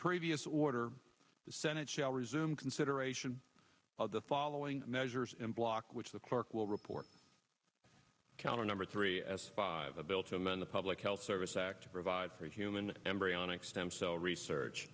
previous order the senate shall resume consideration of the following measures and block which the clerk will report the counter number three s five a bill to amend the public health service act to provide for human embryonic stem cell research